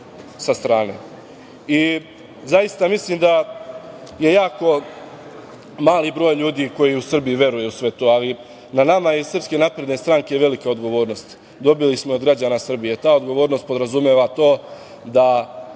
sa strane? Zaista mislim da je jako mali broj ljudi koji veruje u sve to, ali na nama je iz SNS velika odgovornost, dobili smo je od građana Srbije. Ta odgovornost podrazumeva to da